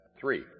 three